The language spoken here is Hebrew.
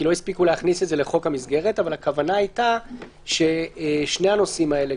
אבל הכוונה הייתה ששני הנושאים האלה,